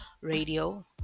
radio